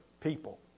People